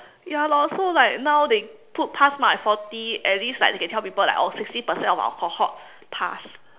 ya lor so like now they put pass mark at forty at least like they can tell people like oh sixty percent of our cohort pass